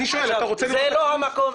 זה לא המקום.